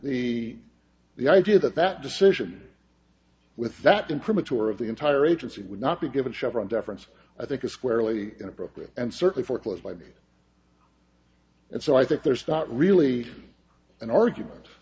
the the idea that that decision with that in premature of the entire agency would not be given chevron deference i think is squarely inappropriate and certainly foreclosed by me and so i think there's not really an argument